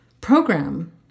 program